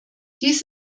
dies